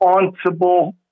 responsible